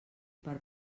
per